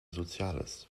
soziales